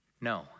No